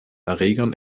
erregern